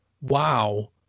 wow